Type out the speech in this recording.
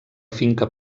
finca